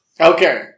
Okay